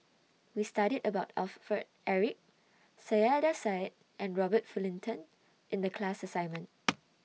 We studied about Eric Saiedah Said and Robert Fullerton in The class assignment